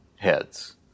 Heads